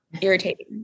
irritating